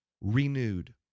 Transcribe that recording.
renewed